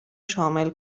شامل